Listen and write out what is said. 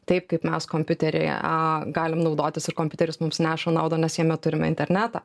taip kaip mes kompiuteryje aaa galim naudotis ir kompiuteris mums neša naudą nes jame turime internetą